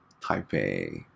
Taipei